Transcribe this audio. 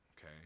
Okay